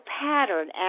pattern